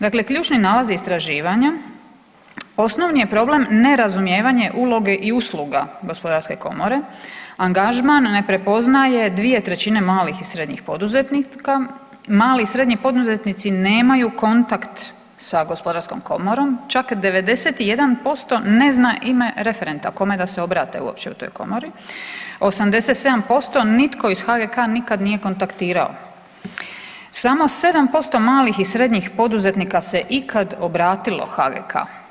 Dakle, ključni nalazi istraživanja osnovni je problem nerazumijevanje uloge i usluga Gospodarske komore, angažman ne prepoznaje dvije trećine malih i srednjih poduzetnika, mali i srednji poduzetnici nemaju kontakt sa Gospodarskom komorom, čak 91% ne zna ima referenta kome da se obrate uopće u toj komori, 87% nitko iz HGK nikad nije kontaktirao, samo 7% malih i srednjih poduzetnika se ikad obratilo HGK.